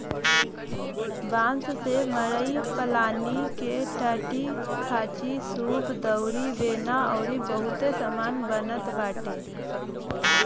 बांस से मड़ई पलानी के टाटीखांचीसूप दउरी बेना अउरी बहुते सामान बनत बाटे